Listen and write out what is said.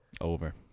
over